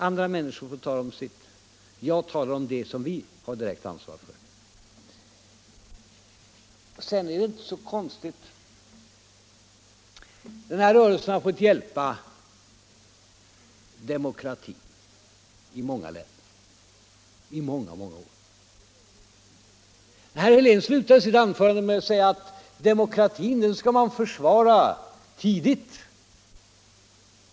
Andra människor får tala om sitt; jag talar om det som vi har direkt ansvar för. Det hela är inte så konstigt. Den här rörelsen har fått hjälpa demokratin i många länder i många år. Herr Helén slutar sitt anförande med att säga, att demokratin skall man försvara tidigt.